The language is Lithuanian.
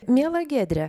miela giedre